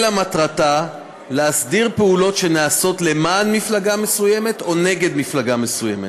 אלא מטרתה להסדיר פעולות שנעשות למען מפלגה מסוימת או נגד מפלגה מסוימת.